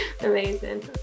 amazing